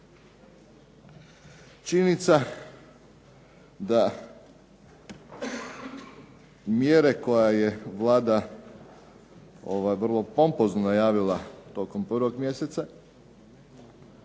Činjenica da mjere koje je Vlada vrlo pompozno najavila tokom 1. mjeseca